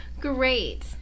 Great